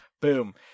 boom